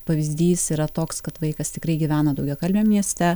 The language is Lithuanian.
pavyzdys yra toks kad vaikas tikrai gyvena daugiakalbiam mieste